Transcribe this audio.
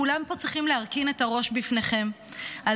כולם פה צריכים להרכין את הראש בפניכם על